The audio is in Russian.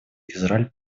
израиль